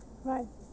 right